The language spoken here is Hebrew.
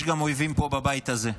יש גם אויבים פה, בבית הזה,